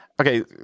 Okay